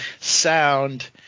sound